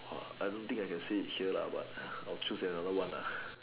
!wah! I don't think I can say it here lah but I will choose another one nah